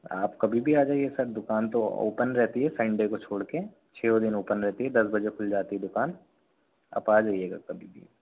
आप कभी भी आ जाइए सर दुकान पर ओपन ही रहती हैं संडे को छोड़ कर छः बजे तक ओपन रहती है दस बजे तक खुल जाती है दुकान आप आ जाएगा